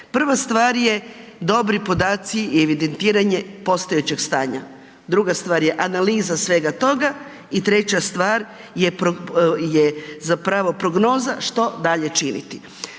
Prva stvar je dobri podaci i evidentiranje postojećeg stanja. Druga stvar je analiza svega toga i treća stvar je zapravo prognoza što zapravo činiti.